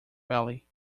valley